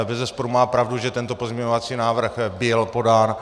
Bezesporu má pravdu, že tento pozměňovací návrh byl podán.